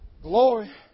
Glory